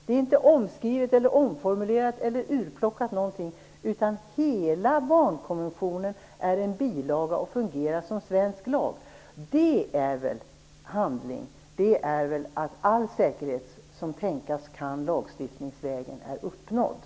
Den är då inte omskriven eller omformulerad och ingenting är utplockat, utan hela barnkonventionen är en bilaga och fungerar som svensk lag. Det är väl handling, och det innebär väl att allt som kan tänkas göras lagstiftningsvägen är uppnått?